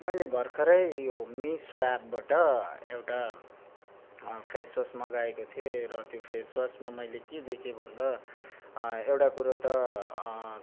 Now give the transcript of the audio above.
मैले भर्खरै यो मिसो एपबाट एउटा फेसवास मगाएको थियो र त्यो फेसवासमा मैले के देखेँ भन्दा एउटा कुरो त